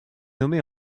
nommée